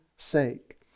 sake